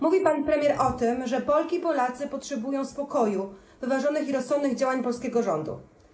Mówi pan premier o tym, że Polki i Polacy potrzebują spokoju, wyważonych i rozsądnych działań polskiego rządu.